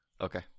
Okay